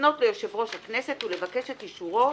לפנות ליושב ראש הכנסת ולבקש את אישורו